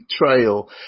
betrayal